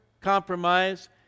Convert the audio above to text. compromise